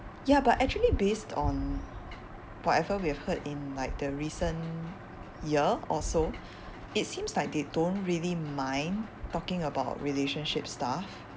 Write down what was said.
ya but actually based on whatever we have heard in like the recent year or so it seems like they don't really mind talking about relationship stuff